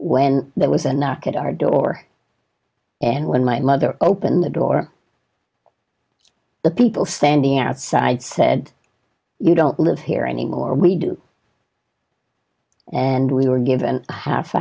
when there was a knock at our door and when my mother opened the door the people standing outside said you don't live here anymore we do and we were given a half